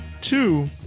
Two